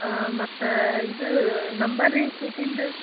ಮತ್ತು ಇದು ನಂಬರ್ ರೀ ಸೀಟಿಂದು